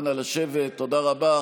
תודה רבה.